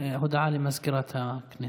הודעה למזכירת הכנסת.